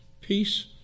Peace